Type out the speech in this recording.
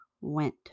went